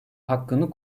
hakkını